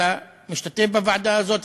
אתה משתתף בוועדה הזאת,